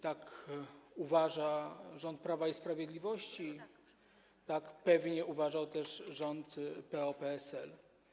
Tak uważa rząd Prawa i Sprawiedliwości, tak pewnie uważał też rząd PO-PSL.